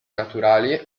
naturali